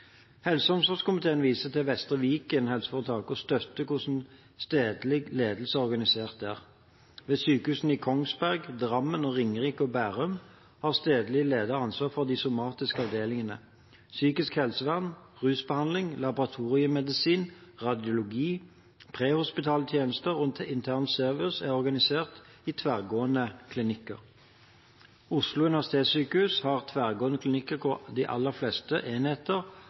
Helse- og omsorgskomiteen viser til Vestre Viken HF og støtter hvordan stedlig ledelse er organisert der. Ved sykehusene i Kongsberg, Drammen, Ringerike og Bærum har stedlig leder ansvaret for de somatiske avdelingene. Psykisk helsevern, rusbehandling, laboratoriemedisin, radiologi, prehospitale tjenester og intern service er organisert i tverrgående klinikker. Oslo universitetssykehus HF har tverrgående klinikker, hvor de aller fleste enheter